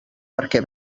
perquè